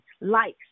likes